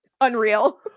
Unreal